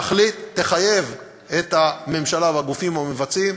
תחליט, תחייב את הממשלה והגופים המבצעים,